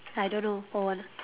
I don't know hold on